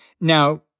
Now